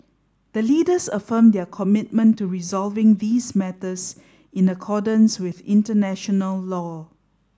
the Leaders affirmed their commitment to resolving these matters in accordance with international law